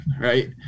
right